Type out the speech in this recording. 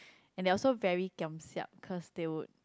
and they are also very giam siap cause they would